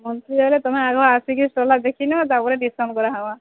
monthly ତୁମେ ଆଗ ଆସିକି ଦେଖିନେବ ତାପରେ ଡିସିସନ୍ କରା ହେବ